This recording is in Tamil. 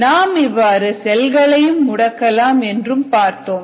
நாம் இவ்வாறு செல்களையும் முடக்கலாம் என்று பார்த்தோம்